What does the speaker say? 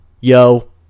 yo